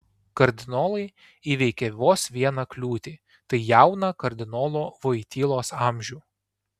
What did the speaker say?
kardinolai įveikė vos vieną kliūtį tai jauną kardinolo voitylos amžių